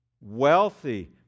wealthy